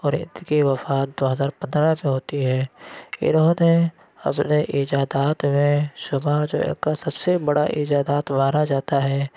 اور اُن کی وفات دو ہزار پندرہ میں ہوتی ہے اِنہوں نے اپنے ایجادات میں سب سے بڑا ایجادات مانا جاتا ہے